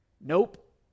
Nope